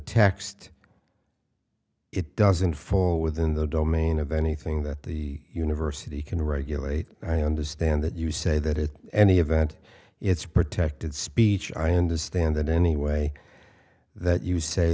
text it doesn't fall within the domain of anything that the university can regulate i understand that you say that it's any event it's protected speech i understand that any way that you say